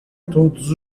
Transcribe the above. todos